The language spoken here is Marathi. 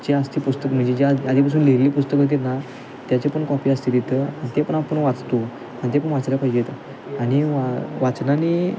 जे असते पुस्तक म्हणजे ज्या आधीपासून लिहिली पुस्तकं होतात ना त्याची पण कॉपी असते तिथं ते पण आपण वाचतो आणि ते पण वाचयला पाहिजेत आणि वा वाचनाने